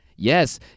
Yes